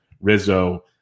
Rizzo